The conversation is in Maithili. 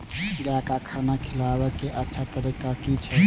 गाय का खाना खिलाबे के अच्छा तरीका की छे?